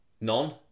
None